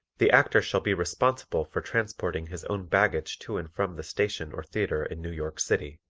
the actor shall be responsible for transporting his own baggage to and from the station or theatre in new york city.